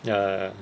ya